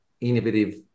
innovative